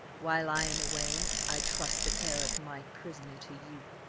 while i am away i trust the care of my prisoner to you.